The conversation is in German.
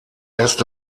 erste